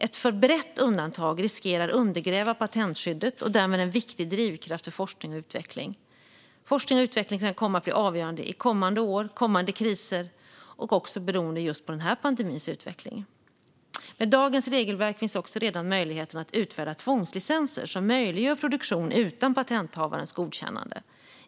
Ett för brett undantag riskerar undergräva patentskyddet och därmed en viktig drivkraft för forskning och utveckling - forskning och utveckling som kan komma att bli avgörande kommande år och vid kommande kriser, också beroende på pandemins utveckling. Med dagens regelverk finns också redan möjligheten att utfärda tvångslicenser som möjliggör produktion utan patenthavarens godkännande.